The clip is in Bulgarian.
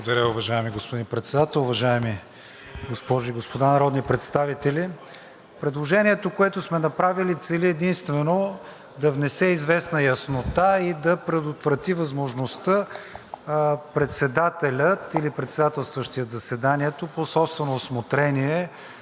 Благодаря, уважаеми господин Председател. Уважаеми госпожи и господа народни представители! Предложението, което сме направили, цели единствено да внесе известна яснота и да предотврати възможността председателят или председателстващият заседанието по собствено усмотрение